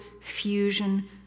fusion